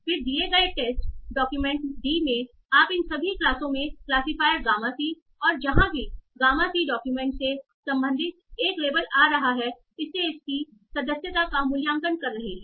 फिर दिए गए टेस्ट डॉक्यूमेंट d में आप इन सभी क्लासों में क्लासिफायर गामा C और जहाँ भी गामा C डॉक्यूमेंट से संबंधित एक लेबल आ रहा है इससे इसकी सदस्यता का मूल्यांकन कर रहे हैं